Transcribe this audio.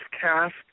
cast